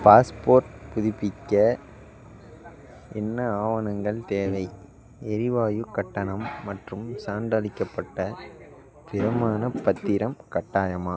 passport புதுப்பிக்க என்ன ஆவணங்கள் தேவை எரிவாயுக் கட்டணம் மற்றும் சான்றளிக்கப்பட்ட பிரமாணப் பத்திரம் கட்டாயமா